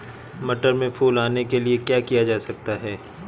मटर में फूल आने के लिए क्या किया जा सकता है?